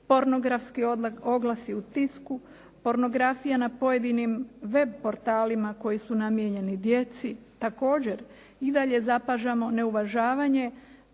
pornografski oglasi u tisku, pornografija na pojedinim web portalima koji su namijenjeni djeci. Također, i dalje zapažamo neuvažavanje